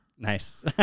Nice